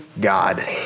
God